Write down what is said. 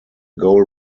goal